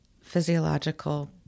physiological